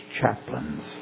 chaplains